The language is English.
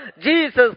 Jesus